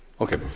Okay